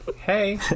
Hey